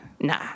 nah